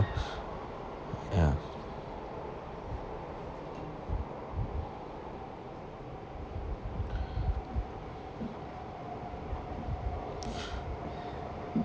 ya